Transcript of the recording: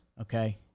Okay